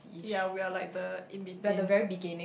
ya we are like the in between